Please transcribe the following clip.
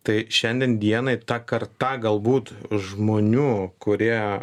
tai šiandien dienai ta karta galbūt žmonių kurie